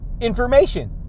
information